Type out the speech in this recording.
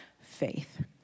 faith